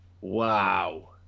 Wow